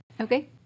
Okay